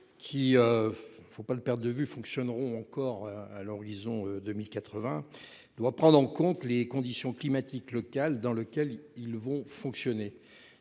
qui, ne l'oublions pas, fonctionneront encore à l'horizon 2080, doit prendre en compte les conditions climatiques locales dans lesquelles ils fonctionneront.